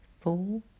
four